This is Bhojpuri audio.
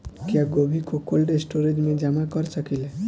क्या गोभी को कोल्ड स्टोरेज में जमा कर सकिले?